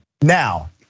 Now